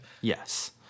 Yes